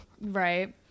right